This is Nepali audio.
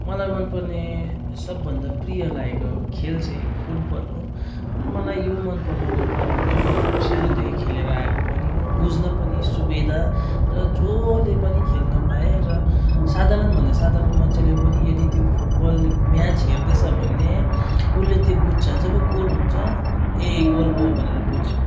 मलाई मनपर्ने सबभन्दा प्रिय लागेको खेल चाहिँ फुटबल हो र मलाई यो मन पर्नुको कारण चाहिँ अब सानोदेखि खेलेर आएको पनि हो बुझ्न पनि सुबिधा र जसले पनि खेल्न पायो र साधारणभन्दा साधारण मान्छेले पनि यदि त्यो फुटबल म्याच हेर्दैछ भने उसले त्यो बुझ्छ जब गोल हुन्छ ए गोल भयो भनेर बुझ्छ